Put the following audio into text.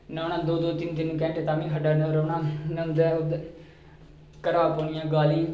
न्हौना दो दो तिन तिन घैंटे तां बी खड्ढा कन्नै रौह्ना न्होंदे उद्धर घरा पौनियां गालीं